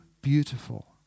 beautiful